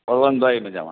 બળવંત ભાઈ મજામાં